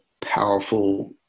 powerful